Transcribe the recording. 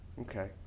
okay